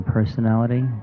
Personality